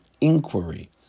inquiry